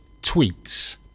tweets